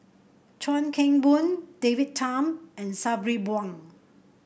Chuan Keng Boon David Tham and Sabri Buang